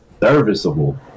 serviceable